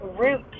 root